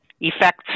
effects